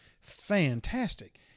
fantastic